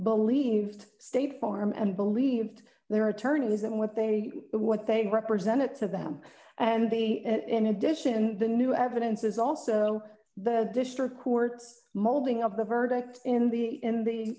believed state farm and believed their attorneys and what they what they represented to them and in addition the new evidence is also the district court's molding of the verdict in the in the